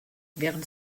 während